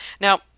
Now